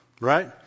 Right